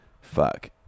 fuck